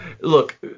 look